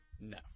No